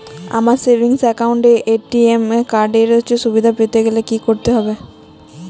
আমার savings account এ ATM card এর সুবিধা পেতে গেলে কি করতে হবে?